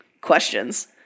questions